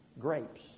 grapes